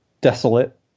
desolate